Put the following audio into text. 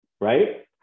right